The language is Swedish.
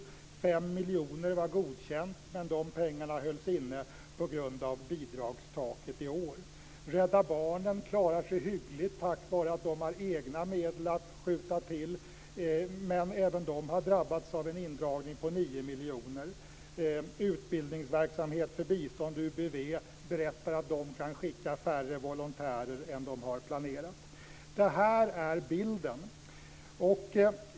Ett belopp om 5 miljoner kronor var godkänt men de pengarna hölls inne på grund av bidragstaket i år. Rädda Barnen klarar sig hyggligt tack vare att de har egna medel att skjuta till men även de har drabbats av en indragning på 9 miljoner kronor. Utbildning för Biståndsverksamhet, UBV, berättar att de får skicka färre volontärer än de har planerat. Det här är bilden.